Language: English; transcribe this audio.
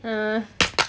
err